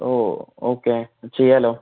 ഓ okay ചെയ്യാമല്ലോ